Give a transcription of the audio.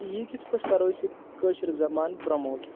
یہِ کِتھ پٲٹھۍ کَرو أسۍ یہِ کٲشِر زَبان پرٛموٹ